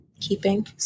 keeping